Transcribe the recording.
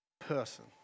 person